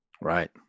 Right